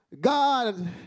God